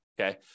Okay